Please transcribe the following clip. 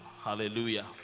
Hallelujah